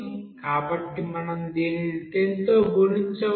కాబట్టి మనం దీనిని 10 తో గుణించవచ్చు